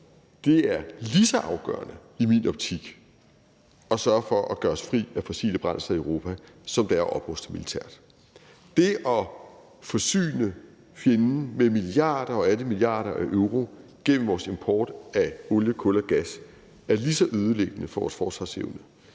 optik lige så afgørende at sørge for at gøre os fri af fossile brændsler i Europa, som det er at opruste militært. Det at forsyne fjenden med milliarder og atter milliarder af euro gennem vores import af olie, kul og gas er lige så ødelæggende for vores forsvarsevne